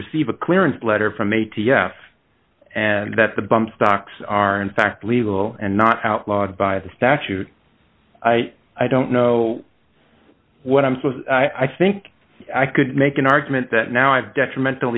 receive a clearance letter from a t f and that the bum stocks are in fact legal and not outlawed by the statute i don't know what i'm so i think i could make an argument that now i've detrimental